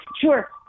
Sure